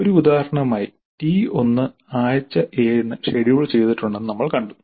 ഒരു ഉദാഹരണമായി ടി 1 ആഴ്ച 7 ന് ഷെഡ്യൂൾ ചെയ്തിട്ടുണ്ടെന്ന് നമ്മൾ കണ്ടു